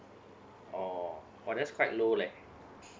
oh !wah! that's quite low like